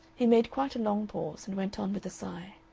he made quite a long pause, and went on, with a sigh